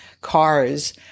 cars